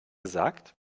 gesagt